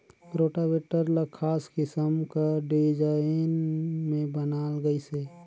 rotavator ल खास किसम कर डिजईन में बनाल गइसे